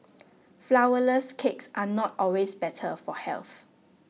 Flourless Cakes are not always better for health